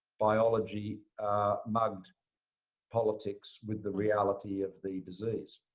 biology mugged politics with the reality of the disease.